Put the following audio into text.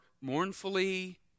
mournfully